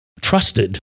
trusted